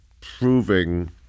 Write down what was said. proving